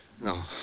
No